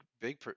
big